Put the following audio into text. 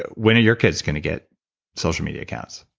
ah when are your kids going to get social media accounts?